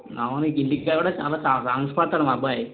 అవును ఇంటి కాడ కూడా చాలా సాంగ్స్ పాడుతాడు మా అబ్బాయి